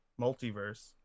multiverse